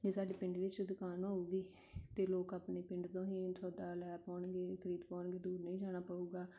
ਜੇ ਸਾਡੇ ਪਿੰਡ ਵਿੱਚ ਦੁਕਾਨ ਹੋਵੇਗੀ ਅਤੇ ਲੋਕ ਆਪਣੇ ਪਿੰਡ ਤੋਂ ਹੀ ਸੌਦਾ ਲੈ ਪਾਉਣਗੇ ਖਰੀਦ ਪਾਉਣਗੇ ਦੂਰ ਨਹੀਂ ਜਾਣਾ ਪਵੇਗਾ